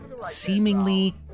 seemingly